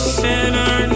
sinner